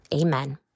Amen